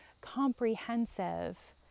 comprehensive